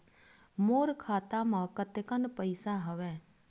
मोर खाता म कतेकन पईसा हवय?